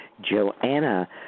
Joanna